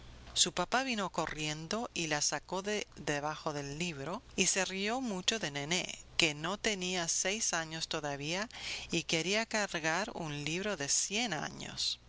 su papá vino corriendo y la sacó de debajo del libro y se rió mucho de nené que no tenía seis años todavía y quería cargar un libro de cien años